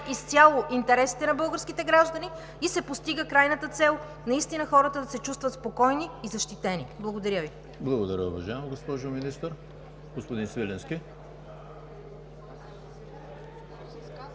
изцяло интересите на българските граждани и се постига крайната цел – наистина хората да се чувстват спокойни и защитени. Благодаря Ви. ПРЕДСЕДАТЕЛ ЕМИЛ ХРИСТОВ: Благодаря, уважаема госпожо Министър. Господин Свиленски,